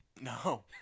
No